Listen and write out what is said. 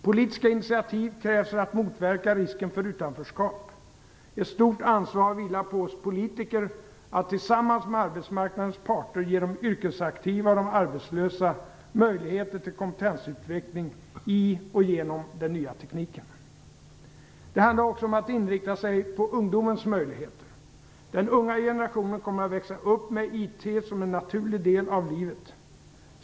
Politiska initiativ krävs för att motverka risken för utanförskap. Ett stort ansvar vilar på oss politiker att tillsammans med arbetsmarknadens parter ge de yrkesaktiva och de arbetslösa möjlighet till kompetensutveckling i och genom den nya tekniken. Det handlar också om att inrikta sig på ungdomens möjligheter. Den unga generationen kommer att växa upp med IT som en naturlig del av livet.